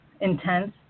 intense